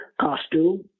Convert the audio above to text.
costume